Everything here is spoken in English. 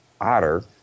otter